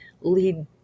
lead